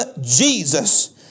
Jesus